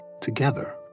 together